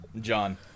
John